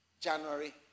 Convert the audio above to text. January